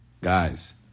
Guys